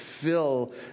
fill